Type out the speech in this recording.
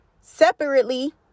separately